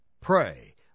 pray